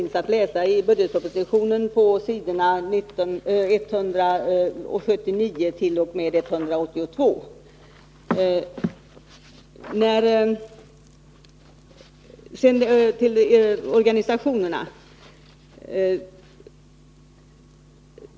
Därom kan man läsa i budgetpropositionen på s. 179-182. Sedan till organisationerna.